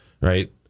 right